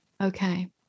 Okay